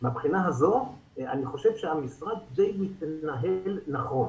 מהבחינה הזו אני חושב שהמשרד די מתנהל נכון.